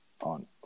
on